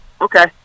okay